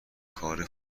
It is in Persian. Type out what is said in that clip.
کار